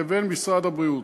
לבין משרד הבריאות.